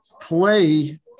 play